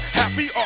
happy